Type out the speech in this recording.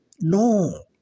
No